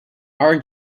our